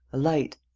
a light.